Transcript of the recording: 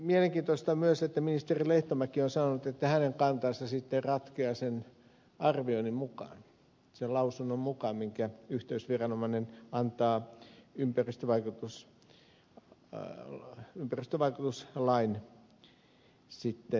mielenkiintoista on myös että ministeri lehtomäki on sanonut että hänen kantansa sitten ratkeaa sen arvioinnin mukaan sen lausunnon mukaan minkä yhteysviranomainen antaa tästä ympäristövaikutuslain selostuksesta